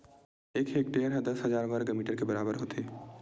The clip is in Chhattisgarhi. एक हेक्टेअर हा दस हजार वर्ग मीटर के बराबर होथे